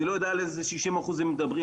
אני לא יודע על איזה 60 אחוז מדברים,